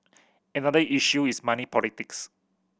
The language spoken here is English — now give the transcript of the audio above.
another issue is money politics